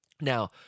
Now